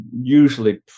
usually